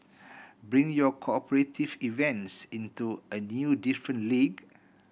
bring your cooperate events into a new different league